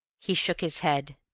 he shook his head.